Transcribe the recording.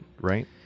Right